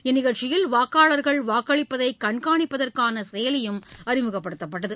இந்நிகழ்ச்சியில் வாக்காளர்கள் வாக்களிப்பதைகண்காணிப்பதற்கானசெயலியும் அறிமுகப்படுத்தப்பட்டது